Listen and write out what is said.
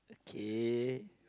okay